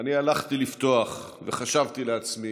ואני הלכתי לפתוח, וחשבתי לעצמי: